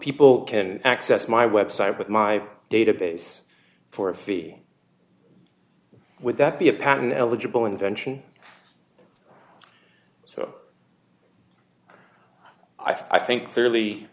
people can access my website with my database for a fee would that be a patent eligible invention so i think